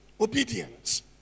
Obedience